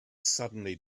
suddenly